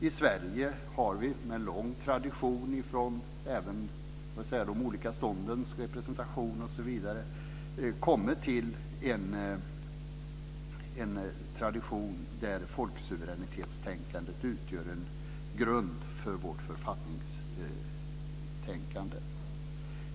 I Sverige har vi med lång tradition från de olika ståndens representation osv. kommit till en tradition där folksuveränitetstänkandet utgör en grund för vårt författningstänkande.